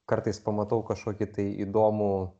kartais pamatau kažkokį tai įdomų